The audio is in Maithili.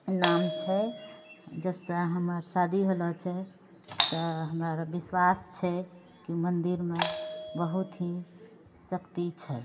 नाम छै जबसँ हमर शादी होलऽ छै तऽ हमरा रऽ विश्वास छै कि मन्दिरमे बहुत ही शक्ति छै